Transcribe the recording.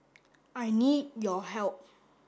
I need your help